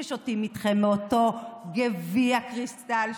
ששותים איתכם מאותו גביע קריסטל,